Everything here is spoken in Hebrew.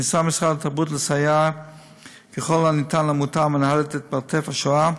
ניסה משרד התרבות לסייע ככל הניתן לעמותה המנהלת את "מרתף השואה",